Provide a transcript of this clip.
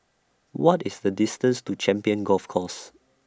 What IS The distance to Champions Golf Course